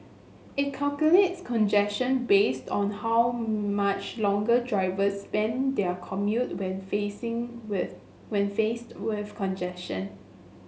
it calculates congestion based on how much longer drivers spend their commute when facing with when faced with congestion